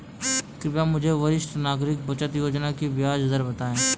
कृपया मुझे वरिष्ठ नागरिक बचत योजना की ब्याज दर बताएं